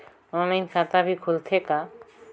Online खाता भी खुलथे का?